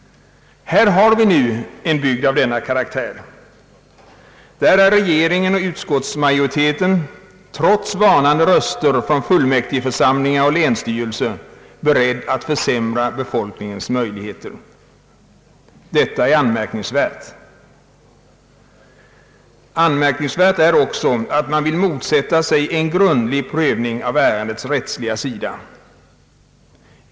Här har vi nu en bygd av denna karaktär, men då är regeringen och utskottsmajoriteten trots varnande röster från fullmäktigeförsamlingar och länsstyrelse beredd att försämra befolkningens möjligheter. Detta är anmärkningsvärt. Anmärkningsvärt är också att man vill motsätta sig en grundlig prövning av ärendets rättsliga sida.